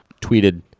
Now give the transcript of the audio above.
tweeted